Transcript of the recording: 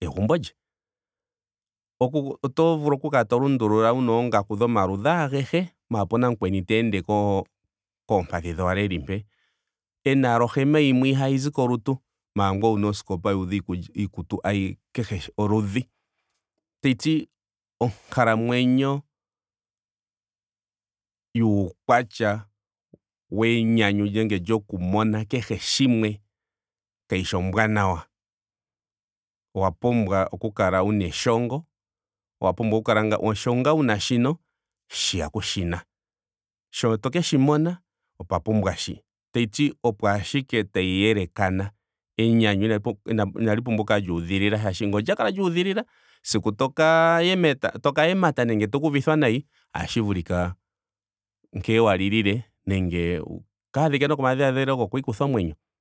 egumbo lye. Oto vulu oku kala gto lundulula wuna oongaku dhomaludhi agehe maara opena mukweni teende koo- koompadhi dhowala eli mpee. Ena ashike ohema yimwe ihaayizi kolutu. maara ngweye owuna oskopa yuudha iikulya iikutu ayih kehe eludhi. tashiti onkalamwenyo yuukwatya wenyanyu nenge lyoku mona kehe shimwe kayishi ombwaanawa. Owa pumbwa oku kala wuna eshongo. owa pumbwa oku kala sho ngaa wuna shino shiya kushi na. Sho to keshi mona opwa pumbwa shi. Tashiti opo ashike tayi yelekana. Enyanyu inali pumbwa inali pumbwa oku kala lyuudhilila. shaashi ngele olya kala lyuudhilila siku toka yemeto. toka yemata nenge toka uvithwa nayi ohashi vulika nkene wa lilile nenge waadhike nokomadhiladhilo hoku ikutha omweny